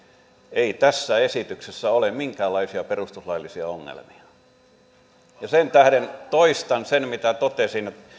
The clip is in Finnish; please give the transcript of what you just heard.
ei tässä esityksessä ole minkäänlaisia perustuslaillisia ongelmia sen tähden toistan sen mitä totesin